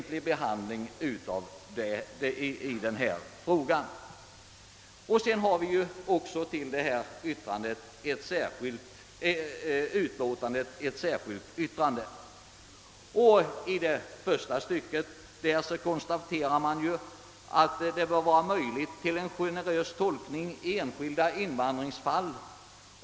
Till statsutskottets utlåtande har också fogats ett särskilt yttrande. I dess första stycke konstateras att det bör vara möjligt att tillämpa en generös tolkning i enskilda fall.